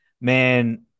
Man